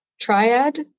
triad